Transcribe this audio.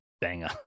banger